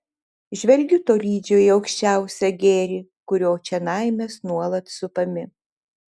žvelgiu tolydžio į aukščiausią gėrį kurio čionai mes nuolat supami